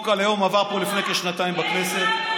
עבר פה לפני כשנתיים בכנסת, יש פריימריז.